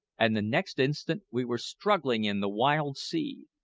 and the next instant we were struggling in the wild sea.